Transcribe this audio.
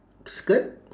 skirt